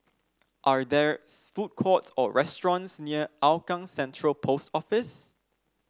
are there's food courts or restaurants near Hougang Central Post Office